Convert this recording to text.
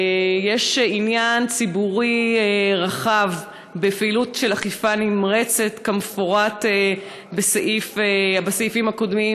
יש עניין ציבורי רחב בפעילות של אכיפה נמרצת כמפורט בסעיפים הקודמים.